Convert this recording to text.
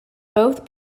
both